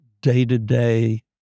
day-to-day